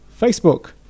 Facebook